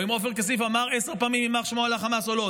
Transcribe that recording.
או אם עופר כסיף אמר עשר פעמים יימח שמו על חמאס או לא.